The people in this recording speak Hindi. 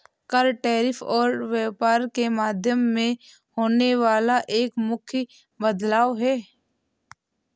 कर, टैरिफ और व्यापार के माध्यम में होने वाला एक मुख्य बदलाव हे